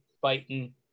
biting